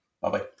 Bye-bye